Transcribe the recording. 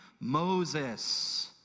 Moses